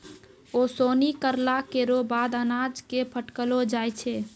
ओसौनी करला केरो बाद अनाज क फटकलो जाय छै